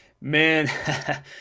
man